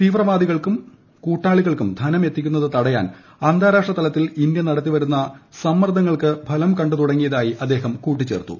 തീവ്രവാദികൾക്കും കൂട്ടാളികൾക്കും ധനമെത്തിക്കുന്നത് തടയാൻ അന്താരാഷ്ട്രതലത്തിൽ ഇന്ത്യ നടത്തിവരുന്ന സമ്മർദ്ദങ്ങൾക്ക് ഫലം കണ്ടു തുടങ്ങിയതായും അദ്ദേഹം കൂട്ടിച്ചേർത്തു